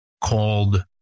called